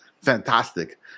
fantastic